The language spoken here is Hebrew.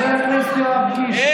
חבר הכנסת יואב קיש, אתה יכול לשבת.